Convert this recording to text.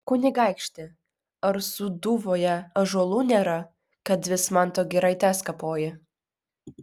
kunigaikšti ar sūduvoje ąžuolų nėra kad vismanto giraites kapoji